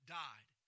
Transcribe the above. died